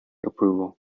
approval